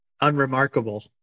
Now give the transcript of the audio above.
unremarkable